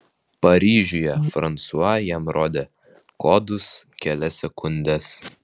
paryžiuje fransua jam rodė kodus kelias sekundes